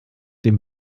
dem